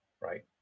right